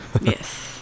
Yes